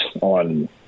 on